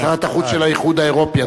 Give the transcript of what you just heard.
שרת החוץ של האיחוד האירופי,